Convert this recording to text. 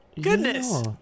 Goodness